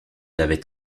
l’avait